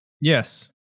Yes